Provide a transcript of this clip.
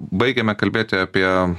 baigiame kalbėti apie